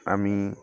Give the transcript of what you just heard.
আমি